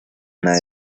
una